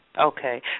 Okay